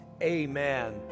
amen